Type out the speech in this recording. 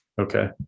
Okay